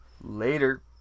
Later